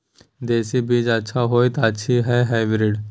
देसी बीज अच्छा होयत अछि या हाइब्रिड?